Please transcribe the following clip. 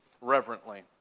reverently